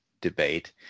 debate